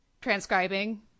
transcribing